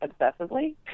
obsessively